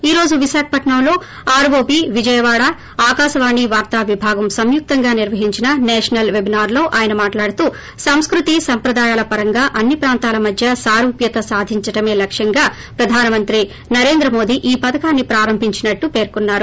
ఈ రోజు విశాఖపట్నంలో ఆర్ఓబి విజయవాడ ఆకాశవాణి వార్త విభాగం సంయుక్తంగా నిర్వహించిన నేషనల్ పెబ్నార్లో ఆయన మాట్లాడుతూ సాంస్కృతీ సాంప్రదాయాల పరంగా అన్ని ప్రాంతాల మధ్య సారూప్యత సాధించడమే లక్ష్యంగా ప్రధానమంత్రి మోడీ ఈ పధకాన్ని ప్రారంభించినట్టు పేర్కొన్నారు